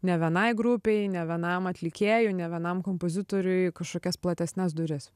ne vienai grupei ne vienam atlikėjui ne vienam kompozitoriui kažkokias platesnes duris